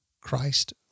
Christ